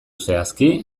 zehazki